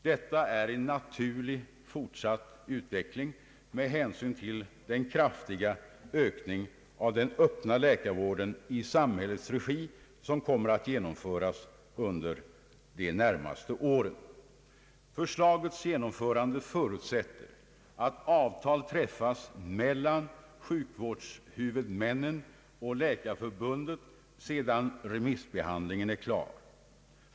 Detta är en naturlig fortsatt utveckling med hänsyn till den kraftiga ökning av den öppna läkarvården i samhällets regi, som kommer att genomföras under de närmaste åren. Förslagets genomförande förutsätter att avtal träffas mellan sjukvårdshuvudmännen och Läkarförbundet, sedan remissbehandlingen är klar.